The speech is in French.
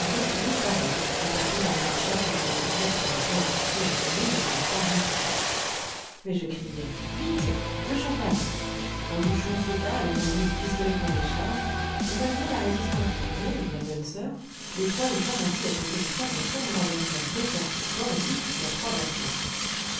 poules parurent apportées par marchas qui voulait servir pour ne point assister en convive à ce repas ridicule mais je criai vite le champagne un bouchon sauta avec un bruit de pistolet qu'on décharge et malgré la résistance du curé et de la bonne soeur les trois hussards assis à côté des trois infirmes leur versèrent de force dans la bouche leurs trois verres pleins